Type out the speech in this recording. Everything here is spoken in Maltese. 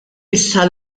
issa